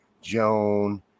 Joan